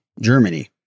Germany